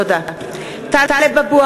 (קוראת בשמות חברי הכנסת) טלב אבו